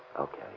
Okay